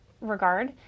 regard